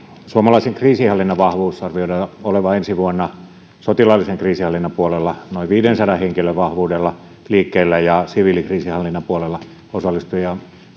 suomalaisen kriisinhallinnan vahvuuden arvioidaan olevan ensi vuonna sotilaallisen kriisinhallinnan puolella noin viidensadan henkilön vahvuudella liikkeellä ja siviilikriisinhallinnan puolella osallistujia